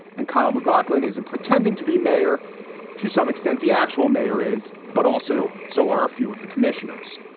and kyle mcglocklin isn't pretending to be mayor to some extent. the actual mayor is, but also so are a few of the commissioners.